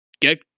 get